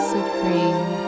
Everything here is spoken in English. Supreme